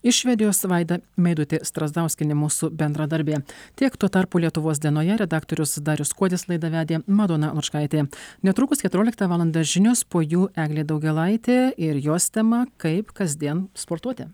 iš švedijos vaida meidutė strazdauskienė mūsų bendradarbė tiek tuo tarpu lietuvos dienoje redaktorius darius kuodis laidą vedė madona lučkaitė netrukus keturiolikta valanda žinios po jų eglė daugėlaitė ir jos tema kaip kasdien sportuoti